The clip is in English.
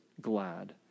glad